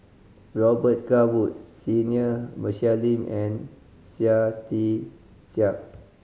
Robet Carr Woods Senior Michelle Lim and Chia Tee Chiak